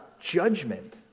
judgment